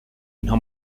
اینها